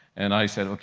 and i said, like